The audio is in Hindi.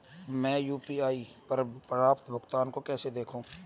मैं यू.पी.आई पर प्राप्त भुगतान को कैसे देखूं?